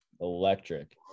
Electric